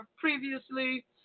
previously